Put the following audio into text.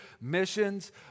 missions